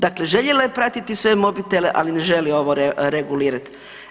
Dakle, željela je pratiti sve mobitele, ali ne želi ovo regulirati.